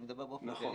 אני מדברים באופן כללי,